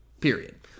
period